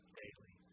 daily